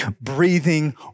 breathing